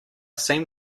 seem